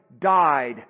died